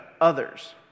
others